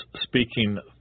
speaking